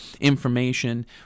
information